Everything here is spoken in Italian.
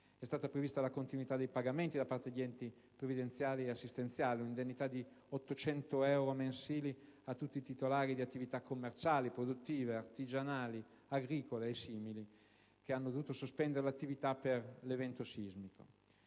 è stata prevista la continuità dei pagamenti da parte degli enti previdenziali e assistenziali; è stata prevista un'indennità di 800 euro mensili a tutti i titolari di attività commerciali, produttive, agricole, artigianali e simili, che hanno dovuto sospendere l'attività per gli eventi sismici.